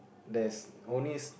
there's only